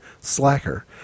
Slacker